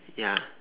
ya